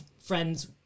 friends